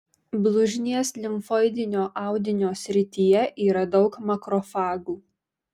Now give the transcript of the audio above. blužnies limfoidinio audinio srityje yra daug makrofagų